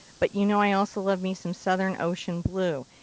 but you know i also love me some southern ocean blue.